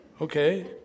okay